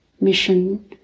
mission